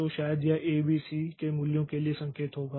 तो शायद यह ए बी और सीab and c के मूल्यों के लिए संकेत होगा